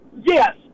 yes